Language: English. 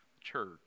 church